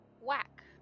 Whack